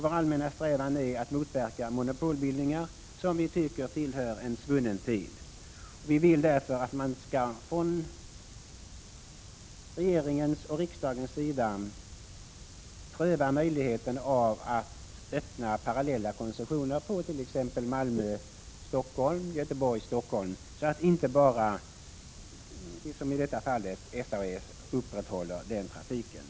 Vår allmänna strävan är att motverka monopolbildningar, som vi tycker tillhör en svunnen tid. Vi vill därför att regering och riksdag skall pröva möjligheten av att öppna parallella koncessioner på t.ex. linjerna Malmö-Stockholm och Göteborg-Stockholm så att inte bara som hittills SAS upprätthåller den trafiken.